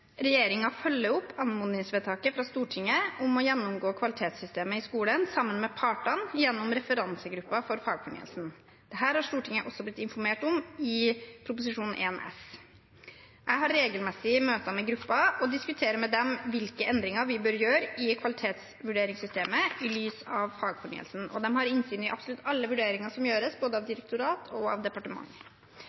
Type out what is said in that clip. følger opp anmodningsvedtaket fra Stortinget om å gjennomgå kvalitetssystemet i skolen sammen med partene gjennom referansegruppen for fagfornyelsen. Dette har Stortinget også blitt informert om i Prop.1 S for 2020–2021. Jeg har regelmessige møter med gruppen og diskuterer med dem hvilke endringer vi bør gjøre i kvalitetsvurderingssystemet i lys av fagfornyelsen. De har innsyn i absolutt alle vurderinger som gjøres, både av direktorat og av departement.